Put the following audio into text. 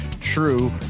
True